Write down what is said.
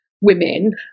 women